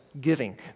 giving